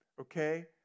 okay